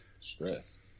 stress